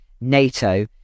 nato